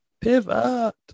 Pivot